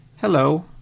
hello